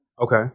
Okay